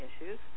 issues